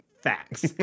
Facts